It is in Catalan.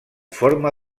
forma